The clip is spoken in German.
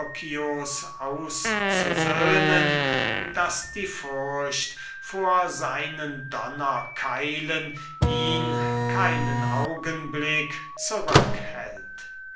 auszusöhnen daß die furcht vor seinen donnerkeilen ihn keinen augenblick zurück